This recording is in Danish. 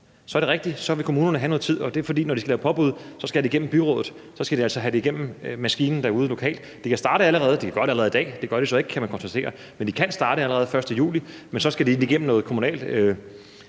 Så er det rigtigt, at kommunerne vil have noget tid, og det er, fordi det, når de skal lave påbud, så skal igennem byrådet, og de altså skal have det igennem maskinen derude lokalt. De kan starte allerede i dag. Det gør det så ikke, kan man konstatere, men de kan starte allerede den 1. juli, og så skal det igennem noget kommunalt,